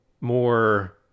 more